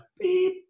beep